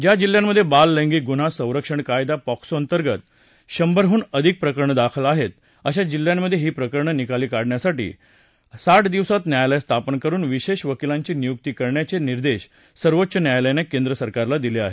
ज्या जिल्ह्यांमध्ये बाल लैंगिक गुन्हा संरक्षण कायदा पॉक्सोअंतर्गत शंभरडून अधिक प्रकरणं दाखल आहेत अशा जिल्ह्यांमध्ये ही प्रकरणं निकाली काढण्यासाठी साठ दिवसात न्यायालयं स्थापन करुन विशेष वकिलांची नियुक्ती करण्याचे निर्देश सर्वोच्च न्यायालयानं केंद्र सरकारला दिले आहेत